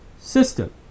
system